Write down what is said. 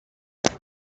icbm